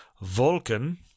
Vulcan